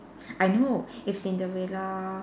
I know if Cinderella